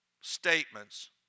statements